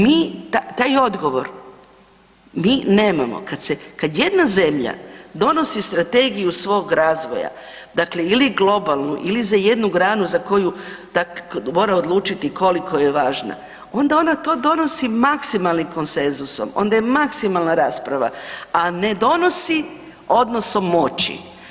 Mi, taj odgovor, mi nemamo, kad se, kad jedna zemlja donosi strategiju svog razvoja, dakle ili globalnu ili za jednu granu za koju mora odlučiti koliko je važna, onda ona to donosi maksimalnim konsenzusom, onda je maksimalna rasprava, a ne donosi odnosom moći.